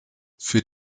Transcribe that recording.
für